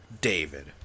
David